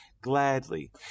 gladly